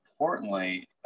importantly